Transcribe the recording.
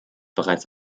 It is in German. bereits